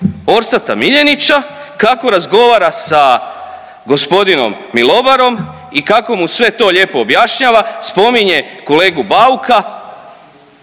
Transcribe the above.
Orsata MIljenića kako razgovara sa g. Milovarom i kako mu sve to lijepo objašnjava, spominje kolegu Bauka,